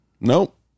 nope